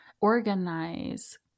organize